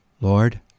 Lord